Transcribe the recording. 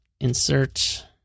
insert